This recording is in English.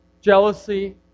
jealousy